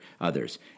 others